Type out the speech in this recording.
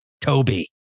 Toby